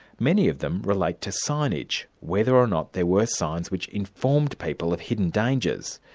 many of them relate to signage whether or not there were signs which informed people of hidden dangers.